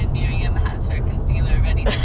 miriam has her concealer ready